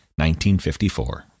1954